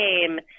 game